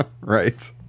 Right